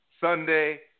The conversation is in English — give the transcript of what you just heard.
Sunday